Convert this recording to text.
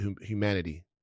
humanity